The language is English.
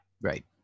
Right